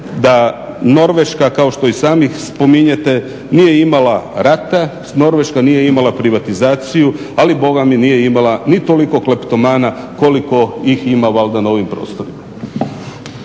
da Norveška kao što i sami spominjete nije imala rata, Norveška nije imala privatizaciju, ali boga mi nije imala ni toliko kleptomana koliko ih ima valjda na ovim prostorima.